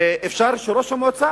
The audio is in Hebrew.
אפשר שראש המועצה